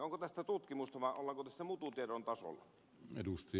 onko tästä tutkimusta vai ollaanko tässä mututiedon tasolla